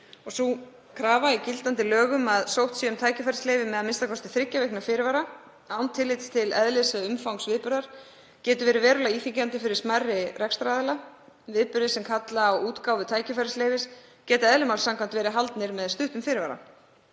Sú krafa í gildandi lögum að sótt sé um tækifærisleyfi með a.m.k. þriggja vikna fyrirvara, án tillits til eðlis eða umfangs viðburðar, getur verið verulega íþyngjandi fyrir smærri rekstraraðila. Viðburðir sem kalla á útgáfu tækifærisleyfis geta eðli máls samkvæmt verið haldnir með stuttum fyrirvara.